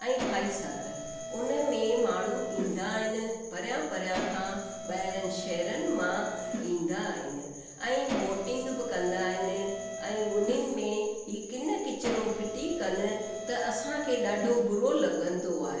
ऐं फाईसागर उन में माण्हू ईंदा आहिनि परियां परियां खां ॿाहिरनि शहरनि मां ईंदा आहिनि ऐं बोटिंग बि कंदा आहिनि ऐं उन्हनि में ही किन किचरो फिटी कन त असांखे ॾाढो बूरो लॻंदो आहे